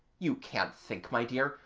you can't think, my dear,